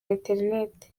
internet